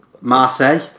Marseille